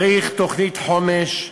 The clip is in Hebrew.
צריך תוכנית חומש,